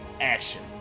action